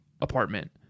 apartment